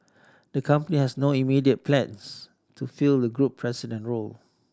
the company has no immediate plans to fill the group president role